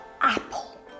apple